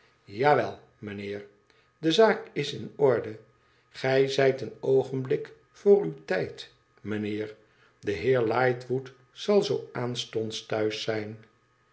wel mijnheer de zaak is in orde gij zijt een oogenblik vr uw tijd mijnheer de heer lightwood zal zoo aanstonds thuis zijn